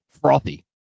frothy